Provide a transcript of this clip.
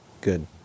Good